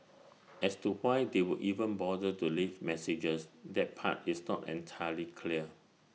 as to why they would even bother to leave messages that part is not entirely clear